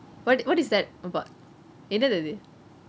what what is that about என்னது அது:ennathu athu